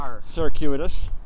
Circuitous